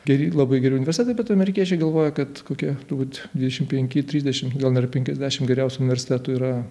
geri labai geri universitetai bet amerikiečiai galvoja kad kokia turbūt dvidešimt penki trisdešim gal dar penkiasdešim geriausių universitetų yra amerikoje